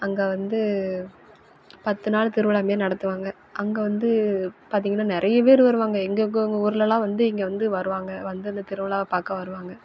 அங்கே வந்து பத்து நாள் திருவிழா மாரி நடத்துவாங்க அங்கே வந்து பார்த்தீங்கன்னா நிறைய பேர் வருவாங்க எங்கெங்கோங்க ஊர்ல எல்லாம் வந்து இங்கே வந்து வருவாங்க வந்து அந்த திருவிழாவ பார்க்க வருவாங்க